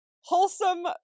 wholesome